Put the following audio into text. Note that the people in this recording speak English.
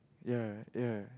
ya ya